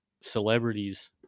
celebrities